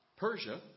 Persia